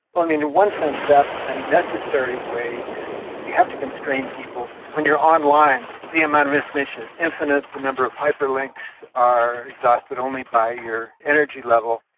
and one sense that's a necessary way to, you have to constrain people. when you're online, the amount of information is infinite, the number of hyperlinks are exhausted only by your energy level.